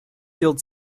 field